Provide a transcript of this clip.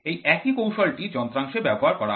এই একই কৌশলটি যন্ত্রাংশে ব্যবহার করা হয়